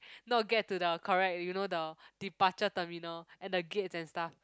no get to the correct you know the departure terminal and the gate and stuff